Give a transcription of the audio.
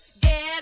Get